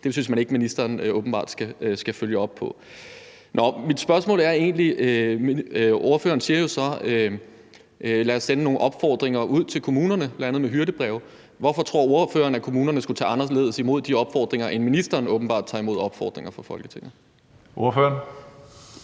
dem synes man åbenbart ikke at ministeren skal følge op på. Mit spørgsmål drejer sig egentlig om, at ordføreren så siger: Lad os sende nogle opfordringer ud til kommunerne, bl.a. med hyrdebreve. Hvorfor tror ordføreren, at kommunerne skulle tage anderledes imod de opfordringer, end ministeren åbenbart tager imod opfordringer fra Folketinget? Kl.